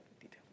detail